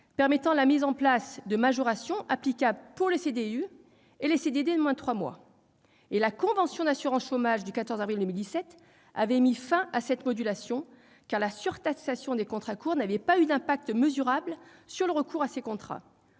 permettant la mise en place de majorations applicables pour les CDDU et les CDD de moins de trois mois, mais la convention d'assurance chômage du 14 avril 2017 avait mis fin à cette modulation, car la surtaxation des contrats courts n'avait pas eu d'impact mesurable sur le recours à ces contrats.